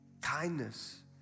kindness